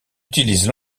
utilisent